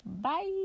Bye